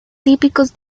típicos